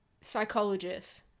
Psychologist